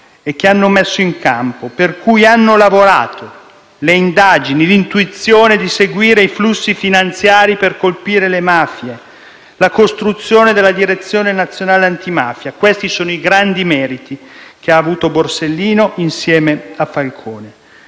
e che hanno messo in campo e per cui hanno lavorato: le indagini, l'intuizione di seguire i flussi finanziari per colpire le mafie, la costruzione della Direzione nazionale antimafia. Questi sono i grandi meriti che ha avuto Borsellino insieme a Falcone